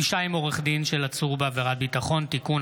(פגישה עם עורך דין של עצור בעבירת ביטחון) (תיקון),